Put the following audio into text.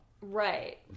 right